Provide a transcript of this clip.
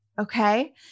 Okay